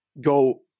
Go